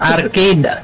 Arcade